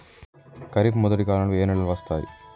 ఖరీఫ్ మొదటి కాలంలో ఏ నెలలు వస్తాయి?